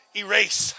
erase